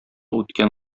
үткән